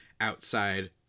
outside